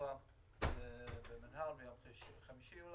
השבוע במינהל, ביום חמישי.